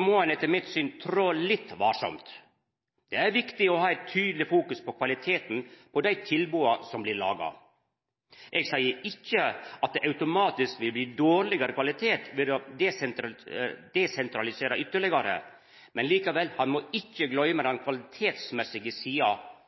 må ein etter mitt syn trå litt varsamt. Det er viktig å ha eit tydeleg fokus på kvaliteten på dei tilboda som blir laga. Eg seier ikkje at det automatisk vil bli dårlegare kvalitet ved å desentralisera ytterlegare, men ein må ikkje gløyma den kvalitetsmessige sida